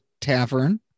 tavern